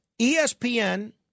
ESPN